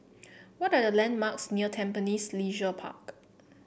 what are the landmarks near Tampines Leisure Park